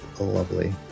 lovely